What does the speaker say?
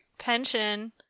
Pension